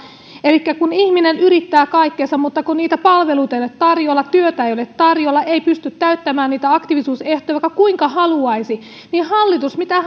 elikkä kun ihminen yrittää kaikkensa mutta kun niitä palveluita ei ole tarjolla ja työtä ei ole tarjolla ja ei pysty täyttämään niitä aktiivisuusehtoja vaikka kuinka haluaisi niin mitä